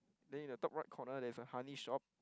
then in the top right corner there's a honey shop